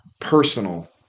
personal